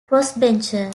crossbencher